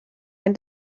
ein